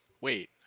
Wait